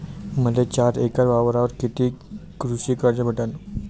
मले चार एकर वावरावर कितीक कृषी कर्ज भेटन?